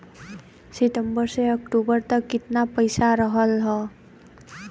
सितंबर से अक्टूबर तक कितना पैसा रहल ह?